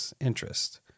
interest